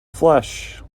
flesh